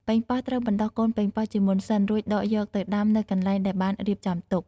ប៉េងប៉ោះ ត្រូវបណ្ដុះកូនប៉េងប៉ោះជាមុនសិន រួចដកយកទៅដាំនៅកន្លែងដែលបានរៀបចំទុក។